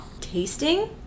Tasting